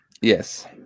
Yes